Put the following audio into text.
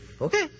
okay